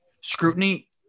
scrutiny